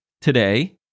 today